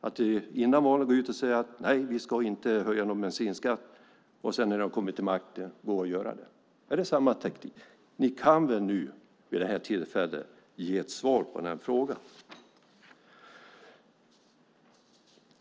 Då gick man före valet ut och sade att man inte skulle höja bensinskatten, men när man hade kommit till makten gjorde man det i alla fall. Är det samma taktik här? Ni kan väl ge ett svar på min fråga?